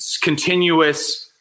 continuous